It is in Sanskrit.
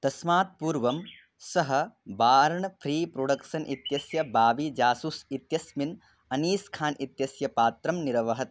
तस्मात् पूर्वं सः बार्ण् फ्री प्रोडक्सन् इत्यस्य बाबी जासुस् इत्यस्मिन् अनीस् खान् इत्यस्य पात्रं निरवहत्